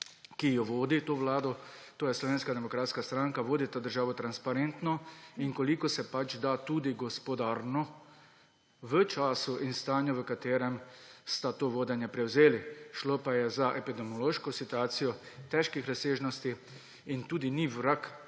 ki vodi to vlado, to je Slovenska demokratska stranka, vodi to državo transparentno in, kolikor se pač da, tudi gospodarno v času in stanju, v katerem sta to vodenje prevzeli, šlo pa je za epidemiološko situacijo težkih razsežnosti. In tudi ni vrag,